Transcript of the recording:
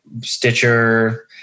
Stitcher